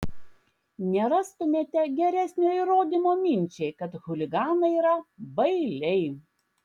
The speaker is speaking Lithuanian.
nerastumėte geresnio įrodymo minčiai kad chuliganai yra bailiai